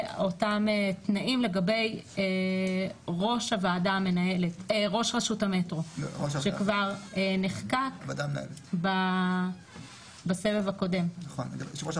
אלה אותם תנאים לגבי ראש ראשות המטרו שכבר נחקק בסבב הקודם.